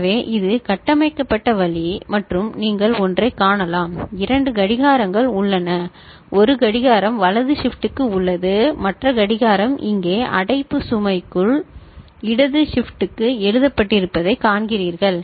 எனவே இது கட்டமைக்கப்பட்ட வழி மற்றும் நீங்கள் ஒன்றைக் காணலாம் இரண்டு கடிகாரங்கள் உள்ளன ஒரு கடிகாரம் வலது ஷிப்டுக்கு உள்ளது மற்ற கடிகாரம் இங்கே அடைப்பு சுமைக்குள் இடது ஷிப்ட் க்கு எழுதப்பட்டிருப்பதைக் காண்கிறீர்கள்